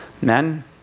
Men